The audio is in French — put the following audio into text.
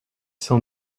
sans